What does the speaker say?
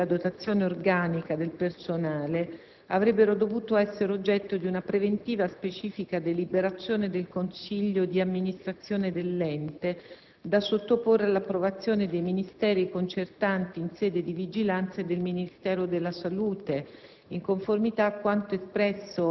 i provvedimenti inerenti la dotazione organica del personale avrebbero dovuto essere oggetto di una preventiva specifica deliberazione del consiglio di amministrazione dell'ente da sottoporre all'approvazione dei Ministeri concertanti in sede di vigilanza e del Ministero della salute,